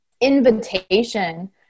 invitation